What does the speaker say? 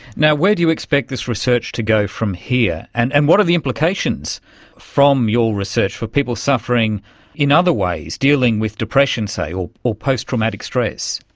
where do you expect this research to go from here, and and what are the implications from your research for people suffering in other ways, dealing with depression, say, or or post traumatic stress?